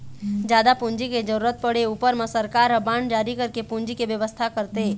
जादा पूंजी के जरुरत पड़े ऊपर म सरकार ह बांड जारी करके पूंजी के बेवस्था करथे